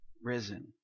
Risen